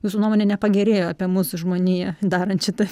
jūsų nuomonė nepagerėjo apie mus žmoniją darant šitą